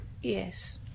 Yes